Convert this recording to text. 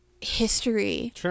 history